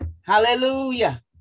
Hallelujah